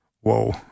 whoa